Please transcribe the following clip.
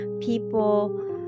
people